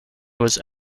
was